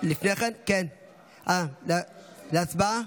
עידן רול (יש עתיד): להצבעה?